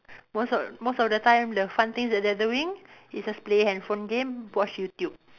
most of most of the time the fun things that they are doing is just play handphone game watch YouTube